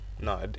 no